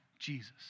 Jesus